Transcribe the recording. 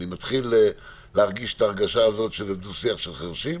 אני מתחיל להרגיש את ההרגשה הזאת של דו-שיח של חרשים.